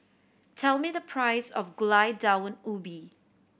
tell me the price of Gulai Daun Ubi